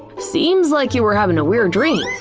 seems like you were having a weird dream.